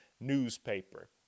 newspaper